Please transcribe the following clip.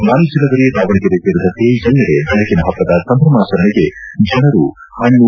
ವಾಣಿಜ್ಯ ನಗರಿ ದಾವಣಗೆರೆ ಸೇರಿದಂತೆ ಎಲ್ಲೆಡೆ ಬೆಳಕಿನ ಹಬ್ಬದ ಸಂಭ್ರಮಾಚರಣೆಗೆ ಜನರು ಹಣ್ಣು